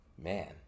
Man